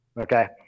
Okay